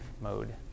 mode